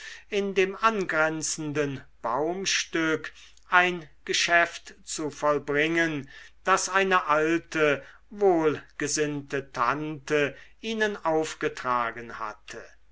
in dem angrenzenden baumstück ein geschäft zu vollbringen das eine alte wohlgesinnte tante ihnen aufgetragen hatte